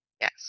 Yes